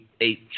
Eight